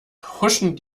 huschen